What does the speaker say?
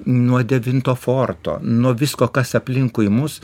nuo devinto forto nuo visko kas aplinkui mus